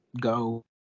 go